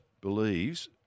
believes